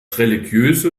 religiöse